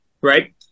right